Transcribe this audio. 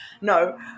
no